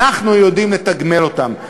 אנחנו יודעים לתגמל אותן.